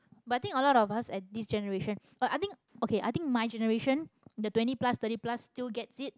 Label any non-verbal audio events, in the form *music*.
but i think a lot of us at this generation *breath* oh i think okay i think my generation the twenty plus thirty plus still gets it